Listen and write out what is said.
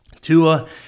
Tua